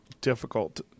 difficult